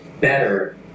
better